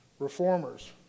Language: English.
reformers